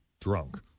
drunk